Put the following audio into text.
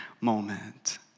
moment